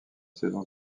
saison